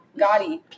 Gotti